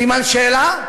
סימן שאלה?